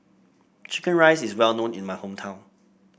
chicken rice is well known in my hometown